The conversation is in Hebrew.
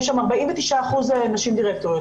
יש שם 49% נשים דירקטוריות.